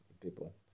people